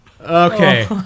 Okay